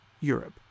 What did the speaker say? Europe